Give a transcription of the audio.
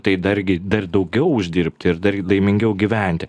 tai dargi dar daugiau uždirbti ir dar laimingiau gyventi